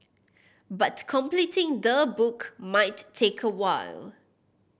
but completing the book might take a while